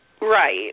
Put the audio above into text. right